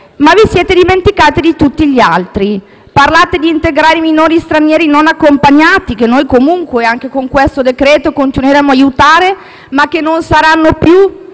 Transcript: ma vi siete dimenticati di tutti gli altri. Parlate di integrare i minori stranieri non accompagnati che noi comunque, anche con questo decreto, continueremo ad aiutare - i quali non saranno più,